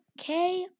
Okay